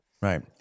Right